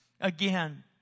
again